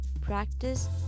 Practice